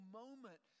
moment